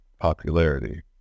popularity